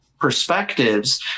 perspectives